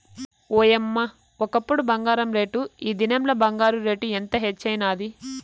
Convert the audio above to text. ఓయమ్మ, ఒకప్పుడు బంగారు రేటు, ఈ దినంల బంగారు రేటు ఎంత హెచ్చైనాది